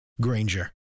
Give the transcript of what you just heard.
Granger